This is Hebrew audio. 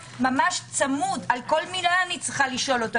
ממש צמוד - על כל מילה אני צריכה לשאול אותו.